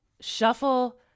shuffle